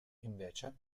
invece